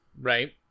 Right